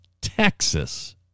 Texas